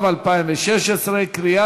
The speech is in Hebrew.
תומא סלימאן, מתנגדת או בעד?